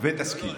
ותסכים.